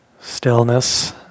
stillness